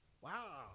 Wow